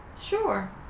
Sure